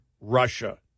Russia